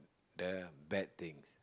the bad things